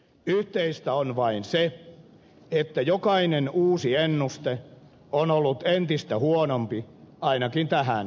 yhteistä on vain se että jokainen uusi ennuste on ollut entistä huonompi ainakin tähän saakka